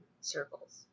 circles